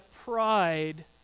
pride